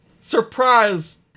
Surprise